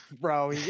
Bro